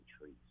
trees